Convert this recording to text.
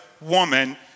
woman